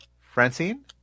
Francine